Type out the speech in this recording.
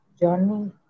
journey